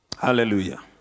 Hallelujah